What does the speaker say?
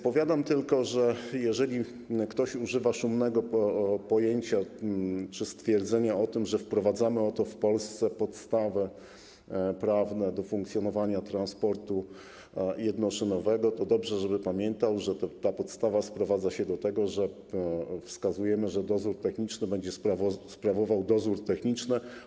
Powiadam tylko, że jeżeli ktoś używa szumnego stwierdzenia, że wprowadzamy w Polsce podstawy prawne do funkcjonowania transportu jednoszynowego, to dobrze, żeby pamiętał, że te podstawy sprowadzają się do tego, że wskazujemy, że dozór techniczny będzie sprawował dozór techniczny.